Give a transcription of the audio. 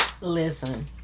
Listen